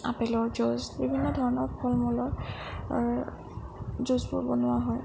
আপেলৰ জুচ বিভিন্ন ধৰণৰ ফলমূলৰ জুচবোৰ বনোৱা হয়